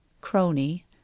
crony